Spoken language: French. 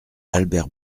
albert